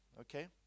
okay